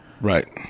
Right